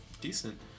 decent